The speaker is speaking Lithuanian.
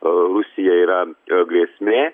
rusija yra grėsmė